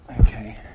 Okay